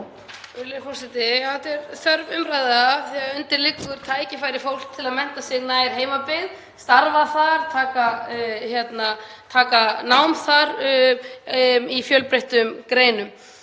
Þetta er þörf umræða þegar undir liggja tækifæri fólks til að mennta sig nær heimabyggð, starfa þar, taka nám þar í fjölbreyttum greinum.